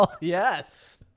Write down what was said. Yes